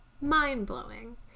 mind-blowing